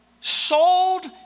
sold